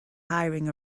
hiring